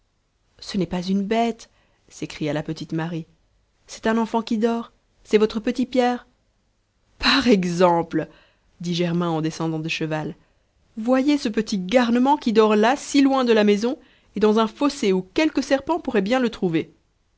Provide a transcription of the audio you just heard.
ce n'est pas une bête s'écria la petite marie c'est un enfant qui dort c'est votre petit pierre par exemple dit germain en descendant de cheval voyez ce petit garnement qui dort là si loin de la maison et dans un fossé où quelque serpent pourrait bien le trouver